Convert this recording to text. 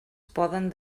poden